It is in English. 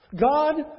God